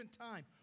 time